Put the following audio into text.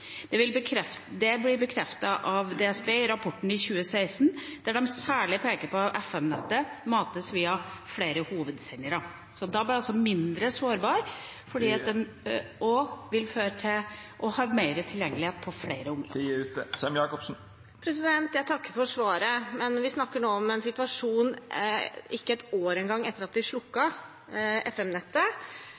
Det ble bekreftet av DSB i rapporten fra 2016, der de særlig peker på at FM-nettet mates via flere hovedsendere. DAB er altså mindre sårbart og mer tilgjengelig på flere områder. Jeg takker for svaret, men vi snakker nå om en situasjon ikke ett år engang etter at